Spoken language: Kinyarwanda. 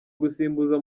gusimbuza